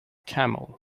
camel